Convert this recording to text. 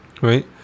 Right